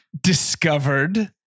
Discovered